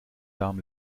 darm